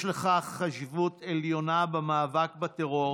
יש לכך חשיבות עליונה במאבק בטרור